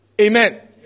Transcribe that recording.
Amen